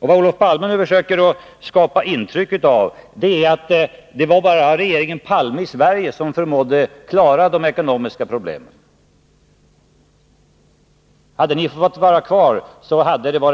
Men Olof Palme försöker skapa ett intryck av att bara vi fått ha kvar regeringen Palme, då skulle det ha varit